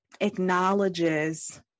acknowledges